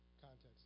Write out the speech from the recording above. context